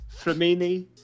Flamini